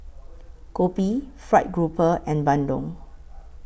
Kopi Fried Grouper and Bandung